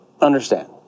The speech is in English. understand